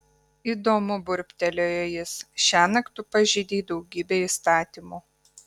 įdomu burbtelėjo jis šiąnakt tu pažeidei daugybę įstatymų